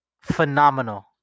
phenomenal